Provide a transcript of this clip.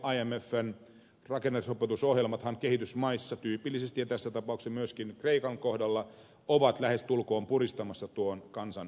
vyönkiristysohjelmat imfn rakennerahoitusohjelmat kehitysmaissa tyypillisesti ja tässä tapauksessa myöskin kreikan kohdalla ovat lähestulkoon puristamassa tuon kansan hengiltä